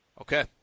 Okay